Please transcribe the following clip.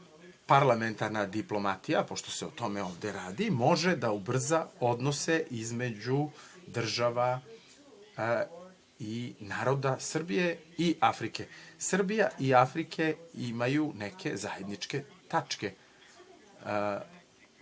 parlamentarna diplomatija, pošto se o tome ovde radi, može da ubrza odnose između država i naroda Srbije i Afrike. Srbija i Afrika imaju neke zajedničke tačke.